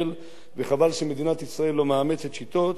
וחבל שמדינת ישראל לא מאמצת שיטות שיאפשרו